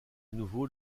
nouveau